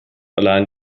allein